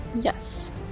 Yes